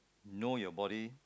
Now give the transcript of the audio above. know your body